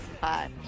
Hi